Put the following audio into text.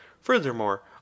Furthermore